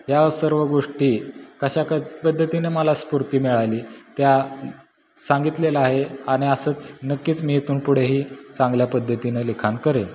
या सर्व गोष्टी कशा क पद्धतीने मला स्फूर्ती मिळाली त्या सांगितलेलं आहे आणि असंच नक्कीच मी इथून पुढेही चांगल्या पद्धतीने लिखाण करेन